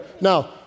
Now